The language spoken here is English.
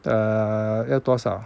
err 要多少